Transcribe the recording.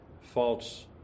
false